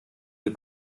wir